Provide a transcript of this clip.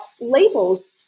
labels